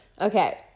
okay